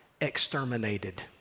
exterminated